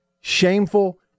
shameful